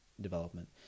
development